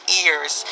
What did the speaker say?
ears